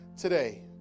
today